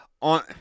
on –